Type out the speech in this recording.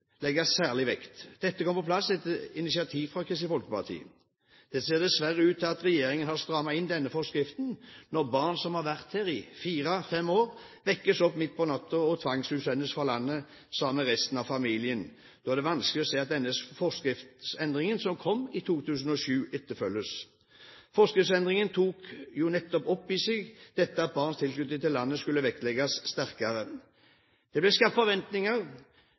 særlig vekt. Dette kom på plass etter initiativ fra Kristelig Folkeparti. Det ser dessverre ut til at regjeringen har strammet inn denne forskriften. Når barn som har vært her i fire–fem år vekkes opp midt på natten og tvangsutsendes fra landet sammen med resten av familien, er det vanskelig å se at denne forskriftsendringen som kom i 2007, etterfølges. Forskriftsendringen tok jo nettopp opp i seg at barns tilknytning til landet skulle vektlegges sterkere. Det ble skapt forventninger